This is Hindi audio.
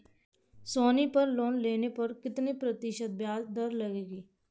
सोनी पर लोन लेने पर कितने प्रतिशत ब्याज दर लगेगी?